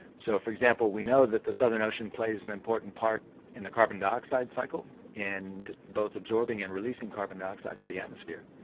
so, for example, we know that the southern ocean plays an important part in the carbon dioxide cycle and both absorbing and releasing carbon dioxide to the atmosphere.